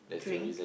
drink